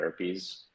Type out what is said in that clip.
therapies